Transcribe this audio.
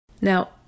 Now